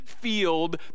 field